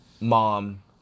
mom